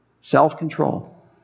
Self-control